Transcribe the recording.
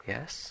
Yes